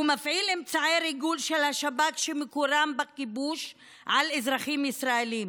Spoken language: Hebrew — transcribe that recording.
הוא מפעיל אמצעי ריגול של השב"כ שמקורם בכיבוש על אזרחים ישראלים,